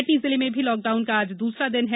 कटनी जिले में भी लाकडाउन का आज दूसरा दिन है